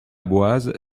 boise